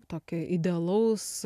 tokio idealaus